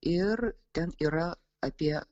ir ten yra apie